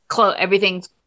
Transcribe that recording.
Everything's